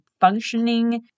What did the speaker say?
functioning